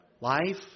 Life